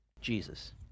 Jesus